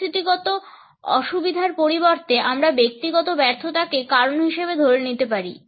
পরিস্থিতিগত অসুবিধার পরিবর্তে আমরা ব্যক্তিগত ব্যর্থতাকে কারণ হিসেবে ধরে নিতে পারি